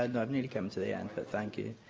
and i've nearly come to the end, but thank you.